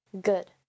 good